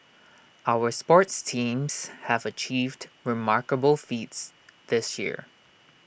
our sports teams have achieved remarkable feats this year